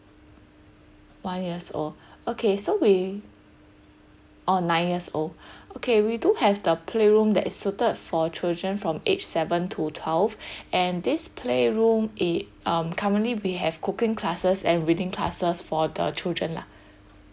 five years old okay so we oh nine years old okay we do have the play room that is suited for children from age seven to twelve and this play room it um currently we have cooking classes and reading classes for the children lah